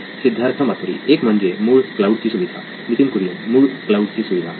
सिद्धार्थ मातुरी एक म्हणजे मूळ क्लाऊड ची सुविधा नितीन कुरियन मूळ क्लाऊड ची सुविधा होय